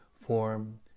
form